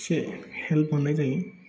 एसे हेल्प मोननाय जायो